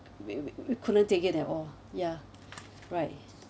we we we couldn't take it at all yeah right